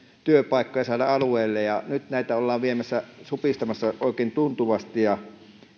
työpaikkoja alueille nyt näitä ollaan supistamassa oikein tuntuvasti ja